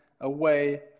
away